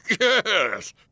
Yes